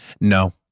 No